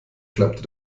klappte